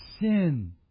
sin